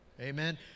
Amen